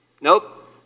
Nope